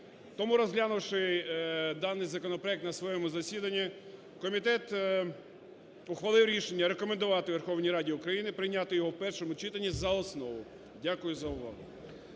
Тому, розглянувши даний законопроект на своєму засіданні, комітет ухвалив рішення рекомендувати Верховній Раді України прийняти його в першому читанні за основу. Дякую за увагу.